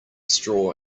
straw